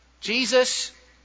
Jesus